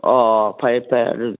ꯑꯣ ꯐꯩ ꯐꯩ ꯑꯗꯨꯗꯤ